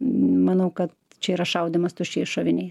manau kad čia yra šaudymas tuščiais šoviniais